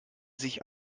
sich